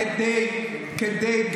כדי,